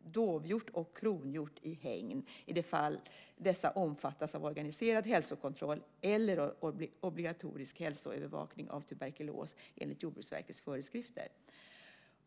dovhjort och kronhjort i hägn, i de fall dessa omfattas av organiserad hälsokontroll eller obligatorisk hälsoövervakning av tuberkulos enligt Jordbruksverkets föreskrifter.